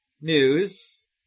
news